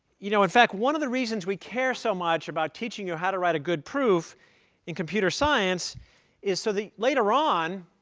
you know in fact, one of the reasons we care so much about teaching you how to write a good proof in computer science is so that later on,